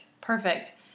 perfect